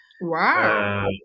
Wow